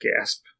Gasp